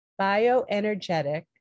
bioenergetic